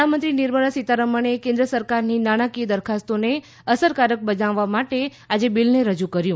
નાણામંત્રી નિર્મળા સીતારમણે કેન્દ્ર સરકારની નાણાકીય દરખાસ્તોને અસરકારક બનાવવા માટે આજે બિલને રજુ કર્યું